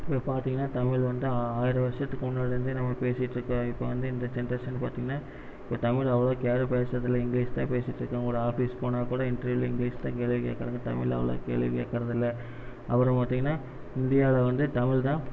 இப்போ பார்த்தீங்கன்னா தமிழ் வந்து ஆ ஆயிரம் வருஷத்துக்கு முன்னாடிலருந்தே நம்ம பேசிட்டுருக்கோம் இப்போ வந்து இந்த ஜென்ரேஷன் பார்த்தீங்கன்னா இப்போ தமிழ் அவ்ளவாக இங்கே யாரும் பேசறதில்லை இங்கிலீஷ் தான் பேசிட்டுருக்காங்க ஒரு ஆஃபீஸ் போனாக் கூட இன்ட்ருவியூவில இங்கிலீஷில் தான் கேள்வி கேட்கறாங்க தமிழ்ல அவ்ளவாக கேள்வி கேட்கறது இல்லை அப்புறோம் பார்த்தீங்கன்னா இந்தியாவில் வந்து தமிழ் தான்